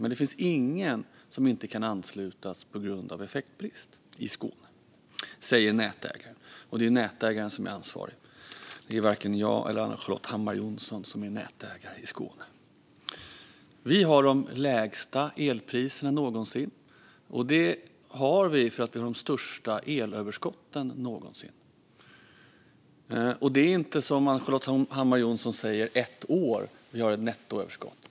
Men det finns ingen som inte kan anslutas på grund av effektbrist i Skåne, säger nätägaren, och det är nätägaren som är ansvarig. Det är varken jag eller Ann-Charlotte Hammar Johnsson som är nätägare i Skåne. Vi har de lägsta elpriserna någonsin. Det har vi för att vi har de största elöverskotten någonsin. Det är inte som Ann-Charlotte Hammar Johnsson säger att det är ett år som vi har haft ett nettoöverskott.